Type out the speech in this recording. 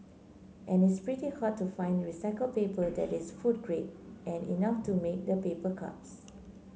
and it's pretty hard to find recycled paper that is food grade and enough to make the paper cups